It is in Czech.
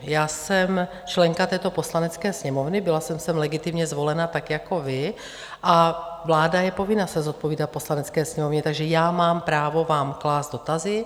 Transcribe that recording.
Já jsem členka této Poslanecké sněmovny, byla jsem sem legitimně zvolena tak jako vy, a vláda je povinna se zodpovídat Poslanecké sněmovně, takže já mám právo vám klást dotazy.